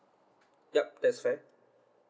yup that's fair